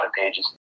pages